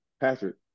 Patrick